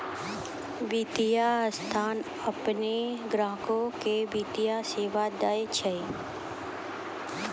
वित्तीय संस्थान आपनो ग्राहक के वित्तीय सेवा दैय छै